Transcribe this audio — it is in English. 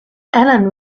alan